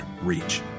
reach